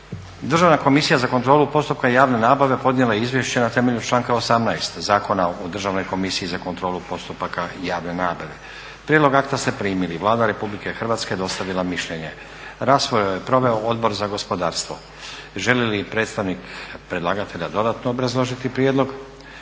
Državna Komisija za kontrolu postupka javne nabave podnijela je izvješće na temelju članka 18. Zakona o državnoj komisiji za kontrolu postupaka javne nabave. Prijedlog akta ste primili. Vlada Republike Hrvatske je dostavila mišljenje. Raspravu je proveo Odbor za gospodarstvo. Želi li predstavnik predlagatelja dodatno obrazložiti prijedlog?